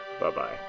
Bye-bye